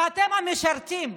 ואתם המשרתים.